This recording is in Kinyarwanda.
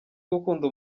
gukunda